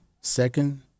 second